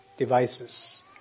devices